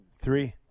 Three